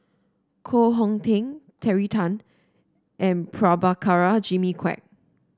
Koh Hong Teng Terry Tan and Prabhakara Jimmy Quek